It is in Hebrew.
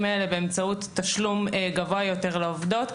האלה באמצעות תשלום גבוה יותר לעובדות,